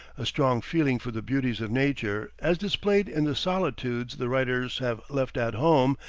a strong feeling for the beauties of nature, as displayed in the solitudes the writers have left at home,